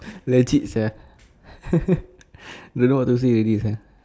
legit sia don't know what to say already sia